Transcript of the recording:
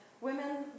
Women